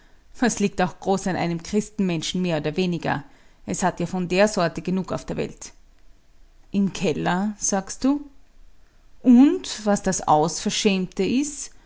was liegt auch groß an einem christenmenschen mehr oder weniger es hat ja von der sorte genug auf der welt im keller sagst du und was das ausverschämte is